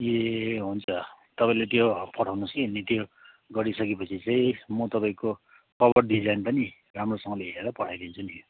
ए हुन्छ तपाईँले त्यो पठाउनुहोस् कि अनि त्यो गरिसकेपछि चाहिँ म तपाईँको पावर डिजाइन पनि राम्रोसँगले हेरेरै पठाइदिन्छु नि